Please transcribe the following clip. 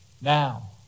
Now